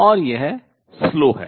और यह slow धीमा है